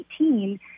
2018